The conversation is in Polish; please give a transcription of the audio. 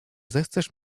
zechcesz